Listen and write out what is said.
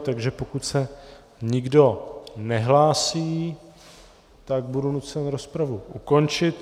Takže pokud se nikdo nehlásí, tak budu nucen rozpravu ukončit.